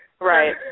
Right